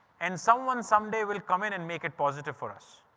and someone someday will come in and make it positive for us.